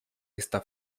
está